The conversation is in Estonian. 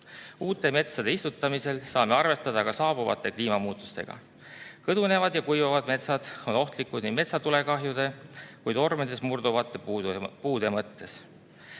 Uute metsade istutamisel saame arvestada ka saabuvate kliimamuutustega. Kõdunevad ja kuivavad metsad on ohtlikud nii metsatulekahjude kui ka tormides murduvate puude mõttes.